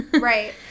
Right